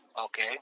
okay